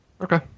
Okay